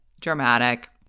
dramatic